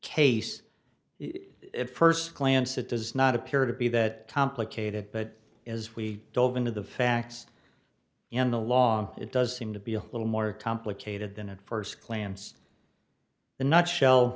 case if first glance it does not appear to be that complicated but as we dove into the facts in the law it does seem to be a little more complicated than at first glance the nutshell